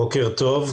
בוקר טוב.